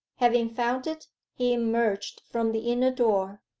having found it, he emerged from the inner door,